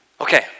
Okay